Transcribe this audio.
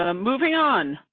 ah moving on.